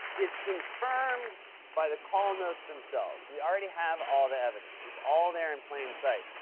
is confirmed by the call notes themselves. we already have all the evidence. it's all there in plain sight.